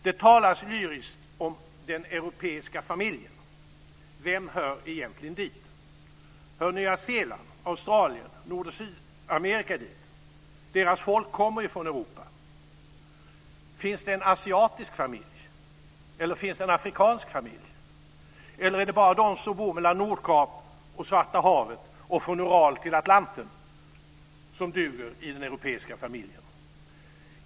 Det talas lyriskt om "den europeiska familjen". Vem hör egentligen dit? Hör Nya Zeeland, Australien, Nord och Sydamerika dit? Deras folk kommer ju från Europa. Finns det en asiatisk familj eller en afrikansk? Eller är det bara de som bor mellan Nordkap och Svarta havet och mellan Ural och Atlanten som duger i den europeiska familjen?